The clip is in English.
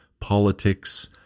politics